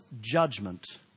judgment